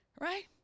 Right